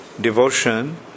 devotion